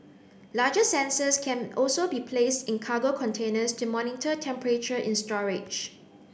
larger sensors can also be placed in cargo containers to monitor temperature in storage